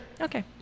Okay